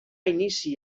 inici